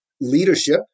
leadership